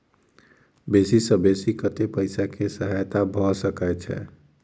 बेसी सऽ बेसी कतै पैसा केँ सहायता भऽ सकय छै?